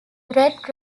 red